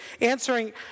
answering